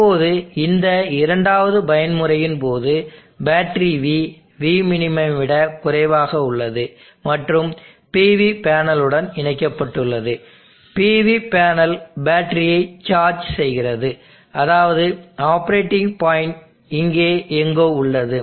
இப்போது இந்த இரண்டாவது பயன்முறையின் போது பேட்டரி V Vmin ஐ விட குறைவாக உள்ளது மற்றும் PV பேனலுடன் இணைக்கப்பட்டுள்ளது PV பேனல் பேட்டரியை சார்ஜ் செய்கிறது அதாவது ஆப்பரேட்டிங் பாயிண்ட் இங்கே எங்கோ உள்ளது